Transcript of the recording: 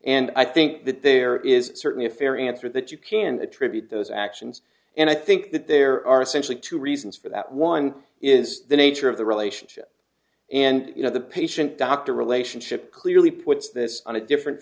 and i think that there is certainly a fair answer that you can attribute those actions and i think that there are essentially two reasons for that one is the need sure of the relationship and you know the patient doctor relationship clearly puts this on a different